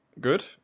good